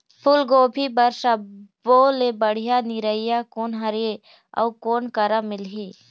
फूलगोभी बर सब्बो ले बढ़िया निरैया कोन हर ये अउ कोन करा मिलही?